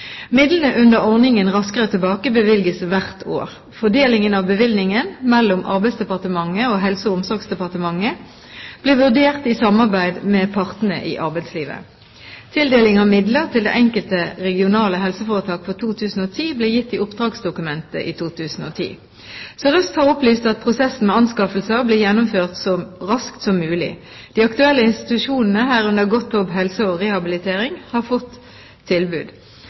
Midlene under ordningen Raskere tilbake bevilges hvert år. Fordelingen av bevilgningen mellom Arbeidsdepartementet og Helse- og omsorgsdepartementet blir vurdert i samarbeid med partene i arbeidslivet. Tildeling av midler til det enkelte regionale helseforetak for 2010 ble gitt i oppdragsdokumentet i 2010. Helse Sør-Øst har opplyst at prosessen med anskaffelser blir gjennomført så raskt som mulig. De aktuelle institusjonene, herunder Godthaab Helse og Rehabilitering, har fått tilbud.